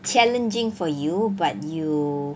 challenging for you but you